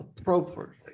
appropriately